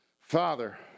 Father